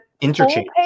Interchange